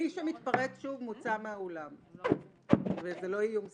מי שמתפרץ שוב מוצא מהאולם, וזה לא איום סתמי.